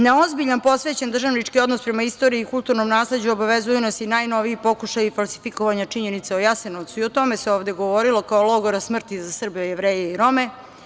Na ozbiljan posvećen državnički odnos prema istoriji i kulturnom nasleđu obavezuju nas i najnoviji pokušaji falsifikovanja činjenica u Jasenovcu, i o tome se ovde govorilo, kao logora smrti za Srbe, Jevreje i Rome.